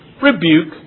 rebuke